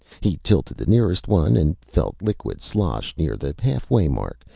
he tilted the nearest one and felt liquid slosh near the halfway mark,